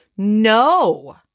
No